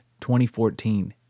2014